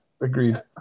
agreed